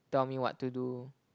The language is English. tell me what to do